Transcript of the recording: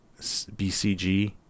BCG